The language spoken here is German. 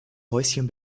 häuschen